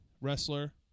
wrestler